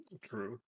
True